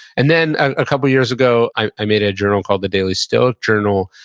and then, a couple years ago, i made a journal called the daily stoic journal,